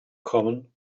common